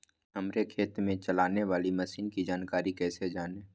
हमारे खेत में चलाने वाली मशीन की जानकारी कैसे जाने?